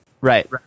Right